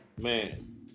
Man